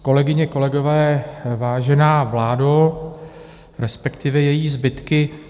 Kolegyně, kolegové, vážená vládo, respektive její zbytky.